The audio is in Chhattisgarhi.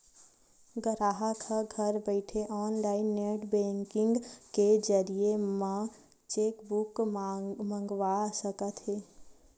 गराहक ह घर बइठे ऑनलाईन नेट बेंकिंग के जरिए म चेकबूक मंगवा सकत हे